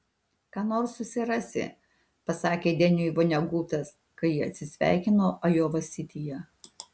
ką nors susirasi pasakė deniui vonegutas kai jie atsisveikino ajova sityje